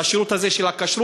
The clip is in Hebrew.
את השירות הזה של הכשרות,